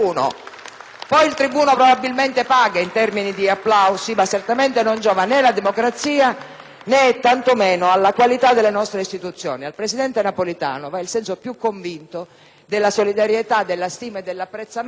Fare il tribuno probabilmente paga in termini di applausi, ma certamente non giova né alla democrazia né, tanto meno, alla qualità delle nostre istituzioni. Al presidente Napolitano va il senso più convinto della solidarietà, della stima e dell'apprezzamento